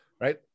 Right